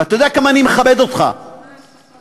ואתה יודע כמה אני מכבד אותך, אנא,